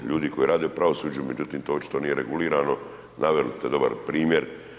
Ljudi koji rade u pravosuđu međutim to očito nije regulirano naveli ste dobar primjer.